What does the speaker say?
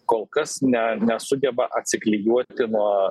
kol kas ne nesugeba atsiklijuoti nuo